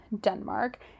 Denmark